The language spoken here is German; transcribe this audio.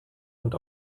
und